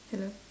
hello